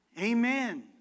Amen